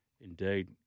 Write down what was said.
Indeed